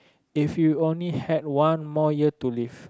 if you only had one more year to live